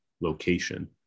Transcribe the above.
location